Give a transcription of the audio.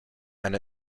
and